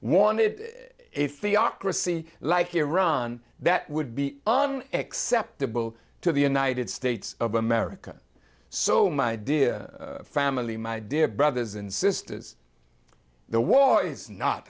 ocracy like iran that would be acceptable to the united states of america so my idea family my dear brothers and sisters the war is not